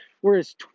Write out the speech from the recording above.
Whereas